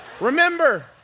Remember